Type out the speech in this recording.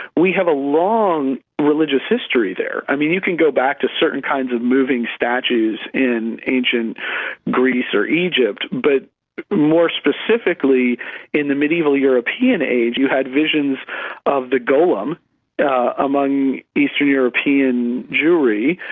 we have a long religious history there. i mean, you can go back to certain kinds of moving statues in ancient greece or egypt, but more specifically in the mediaeval european age you had visions of the gollum among eastern european jewry,